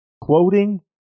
Quoting